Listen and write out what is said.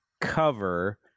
cover